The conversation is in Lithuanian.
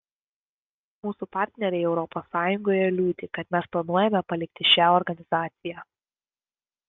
mūsų partneriai europos sąjungoje liūdi kad mes planuojame palikti šią organizaciją